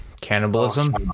cannibalism